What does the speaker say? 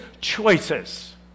choices